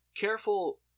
careful